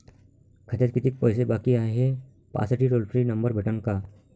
खात्यात कितीकं पैसे बाकी हाय, हे पाहासाठी टोल फ्री नंबर भेटन का?